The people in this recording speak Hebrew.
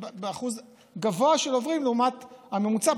אחוז גבוה של עוברים לעומת הממוצע,